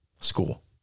School